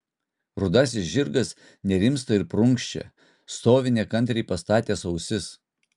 rudasis žirgas nerimsta ir prunkščia stovi nekantriai pastatęs ausis